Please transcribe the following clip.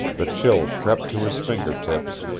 the chill crept to his finger-tips,